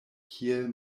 kiel